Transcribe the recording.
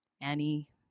Annie